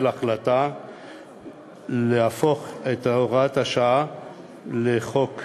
החלטה להפוך את הוראת השעה לחוק קבוע.